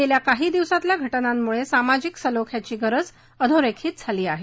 गेल्या काही दिवसातल्या घटनांमुळे सामाजिक सलोख्याची गरज अधोरेखित झाली आहे